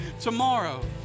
tomorrow